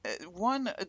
one